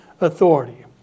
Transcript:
authority